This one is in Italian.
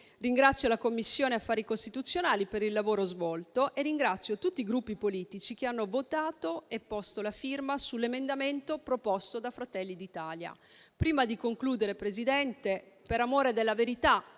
Ringrazio la Commissione affari costituzionali per il lavoro svolto e tutti i Gruppi politici che hanno votato e posto la firma sull'emendamento proposto da Fratelli d'Italia. Prima di concludere il mio intervento, signora Presidente, per amore della verità